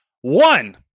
one